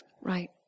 Right